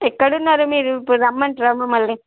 ఎక్కడ ఉన్నారు మీరు ఇప్పుడు రమ్మంటారా మమ్మల్ని